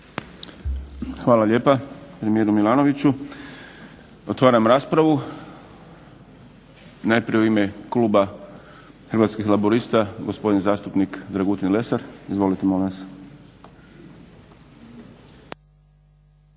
Hvala lijepa premijeru Milanoviću. Otvaram raspravu. Najprije u ime kluba Hrvatskih laburista gospodin zastupnik Dragutin Lesar. Izvolite molim vas.